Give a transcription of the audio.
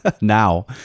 Now